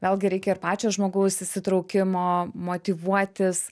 vėlgi reikia ir pačio žmogaus įsitraukimo motyvuotis